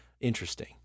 interesting